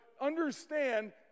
understand